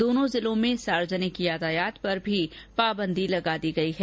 दोनों जिलों में सार्वजनिक यातायात पर भी पाबंदी लगा दी गयी है